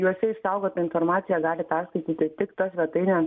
juose išsaugotą informaciją gali perskaityti tik ta svetainė